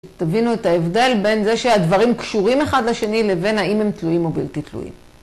תבינו את ההבדל בין זה שהדברים קשורים אחד לשני לבין האם הם תלויים או בלתי תלויים.